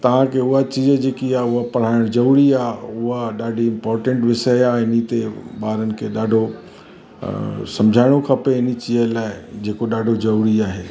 तव्हांखे उहा चीज जेकी आहे उहा पढ़ाइणु ज़रूरी आहे उहा ॾाढी इंपोर्टेंट विषय आहे इन्हीअ ते ॿारनि खे ॾाढो समुझाइणो खपे इन्हीअ चीज लाइ जेको ॾाढो ज़रूरी आहे